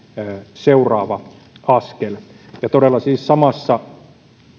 seuraava askel todella siis samassa